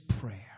prayer